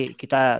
kita